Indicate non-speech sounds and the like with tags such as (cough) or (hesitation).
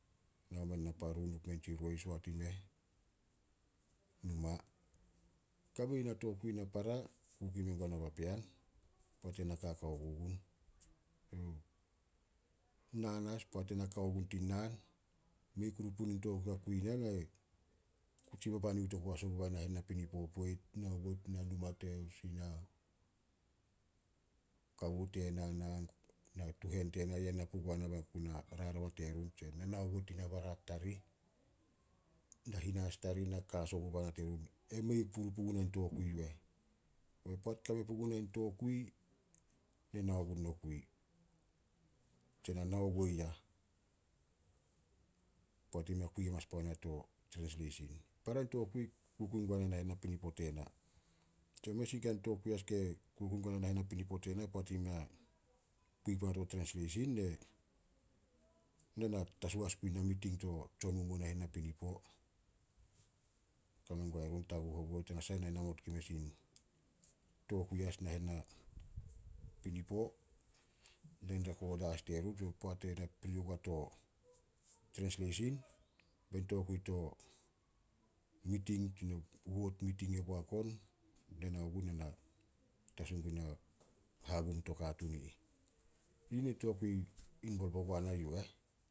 Nao men naparu, nup men tsi roi soat i meh, numa. Kame ni na tokui na para kukui mengua na o papean poat ena kakao ku gun. (hesitation) Naan as poat ena kao gun tin naan. Mei kuru punin tokui a kui na, na (hesitation) kutsi babaniut oku as oguba nahen napinipo poit, nao guo tina numa tesih, na kawo tena, (unintelligible) na tuhen tena yah na pugua na bai na ku na rarao terun, tsie ne nao guo tina barat tarih, na hinas tarih na ka as ogubana terun ai mei kuru pugu na ni tokui yu eh. Kobe poat kame pugu na in tokui, ne nao gun nokui. Tse na nao guo yah, poat i mei kui hamanas puana to trensleisin. Para in tokui kukui guana nahen napinipo tena. (unintelligible) Mes in kain tokui as ke kukui guana nahen napinipo tena poat i mei a kui puana to trensleisin, (hesitation) ne- na tasu as guna miting to tsonmomuo nahen napinipo. Kame guai run, taguh oguo tanasah ne namot gun mes in tokui as nahen napinipo, na in rekoda as terun. (unintelligible) Poat ena pri oguo to trensleisin, be in tokui to miting (unintelligible) wod miting boak on, ne nao gun ne na tasu gun na hagum to katuun i ih. Yina tokui inbolb ogua na yu eh.